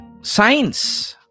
science